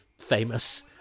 famous